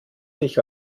sich